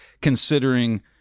considering